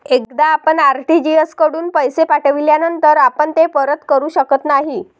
एकदा आपण आर.टी.जी.एस कडून पैसे पाठविल्यानंतर आपण ते परत करू शकत नाही